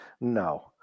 No